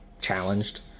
challenged